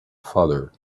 father